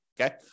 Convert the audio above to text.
okay